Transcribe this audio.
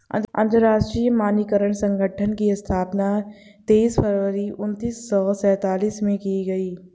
अंतरराष्ट्रीय मानकीकरण संगठन की स्थापना तेईस फरवरी उन्नीस सौ सेंतालीस में की गई